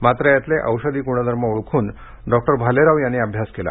मात्र यातले औषधी गृणधर्म ओळखून डॉक्टर भालेराव यांनी अभ्यास केला